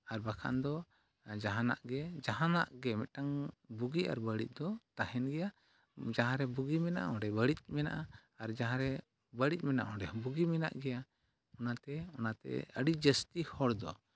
ᱟᱨ ᱵᱟᱝᱠᱷᱟᱱ ᱫᱚ ᱡᱟᱦᱟᱱᱟᱜ ᱜᱮ ᱡᱟᱦᱟᱱᱟᱜ ᱜᱮ ᱢᱤᱫᱴᱟᱝ ᱵᱩᱜᱤ ᱟᱨ ᱵᱟᱹᱲᱤᱡ ᱫᱚ ᱛᱟᱦᱮᱱ ᱜᱮᱭᱟ ᱡᱟᱦᱟᱸᱨᱮ ᱵᱩᱜᱤ ᱢᱮᱱᱟᱜᱼᱟ ᱚᱸᱰᱮ ᱵᱟᱹᱲᱤᱡ ᱢᱮᱱᱟᱜᱼᱟ ᱟᱨ ᱡᱟᱦᱟᱸᱨᱮ ᱵᱟᱹᱲᱤᱡ ᱢᱮᱱᱟᱜᱼᱟ ᱚᱸᱰᱮ ᱦᱚᱸ ᱵᱩᱜᱤ ᱢᱮᱱᱟᱜ ᱜᱮᱭᱟ ᱚᱱᱟᱛᱮ ᱟᱹᱰᱤ ᱡᱟᱹᱥᱛᱤ ᱦᱚᱲ ᱫᱚ